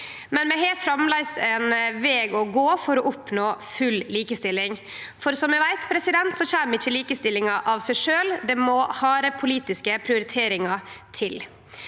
ein veg å gå for å oppnå full likestilling, for som vi veit, kjem ikkje likestillinga av seg sjølv. Det må harde politiske prioriteringar til,